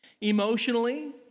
emotionally